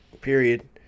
period